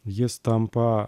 jis tampa